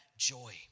joy